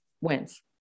wins